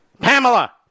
Pamela